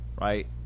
right